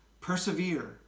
persevere